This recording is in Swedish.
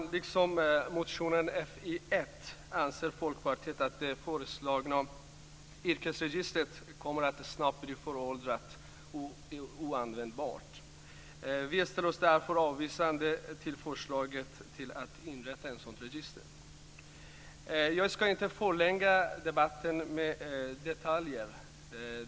I likhet med vad som anförs i motion Fi1 anser Folkpartiet att det föreslagna yrkesregistret snabbt kommer att bli föråldrat och oanvändbart. Vi ställer oss därför avvisande till förslaget att inrätta ett sådant register. Jag ska inte förlänga debatten med detaljer.